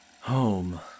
Home